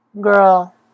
Girl